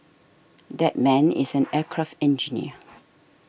that man is an aircraft engineer